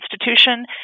institution